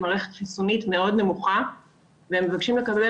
מערכת חיסונית מאוד נמוכה והם מבקשים לקבל